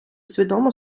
свідомо